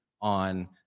on